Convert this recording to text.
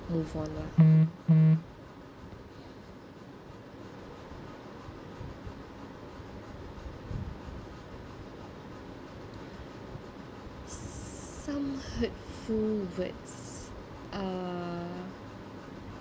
no follow up some hurtful words uh